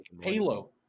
Halo